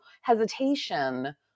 hesitation